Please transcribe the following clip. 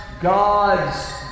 God's